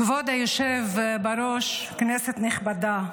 כבוד היושב בראש, כנסת נכבדה,